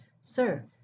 Sir